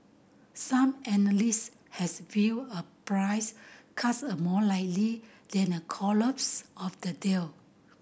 some analysts has viewed a price cut as more likely than a collapse of the deal